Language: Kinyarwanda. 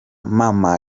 mama